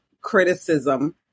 criticism